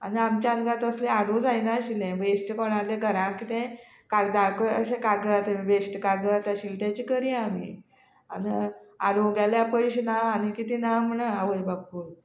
आनी आमच्या गा तसले आडू जायनाशिल्ले वेस्ट कोणाले घराक कितें कागदा अशे कागद वेस्ट कागद आशिल्ले तेजे करी आमी आनी हाडूं गेल्यार पयशे ना आनी कितें ना म्हण आवय बापूय